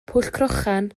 pwllcrochan